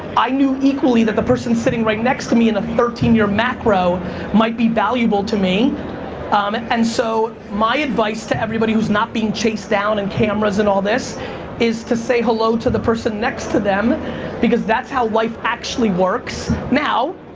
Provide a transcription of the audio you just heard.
i knew equally that the person sitting right next to me in the thirteen year macro might be valuable to me um and so my advice to everybody who's not being chased down and cameras and all this is to say hello to the person next to them because that's how life actually works. now,